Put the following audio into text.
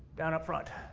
down up front.